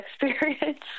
experience